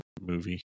movie